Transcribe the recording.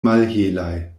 malhelaj